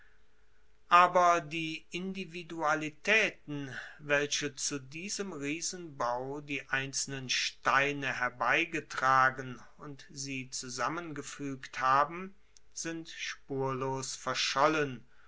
aber die individualitaeten welche zu diesem riesenbau die einzelnen steine herbeigetragen und sie zusammengefuegt haben sind spurlos verschollen